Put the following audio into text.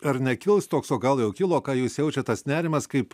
ar nekils toks o gal jau kilo ką jūs jaučiat tas nerimas kaip